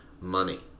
money